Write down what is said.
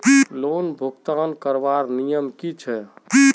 Loan भुगतान करवार नियम की छे?